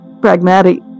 pragmatic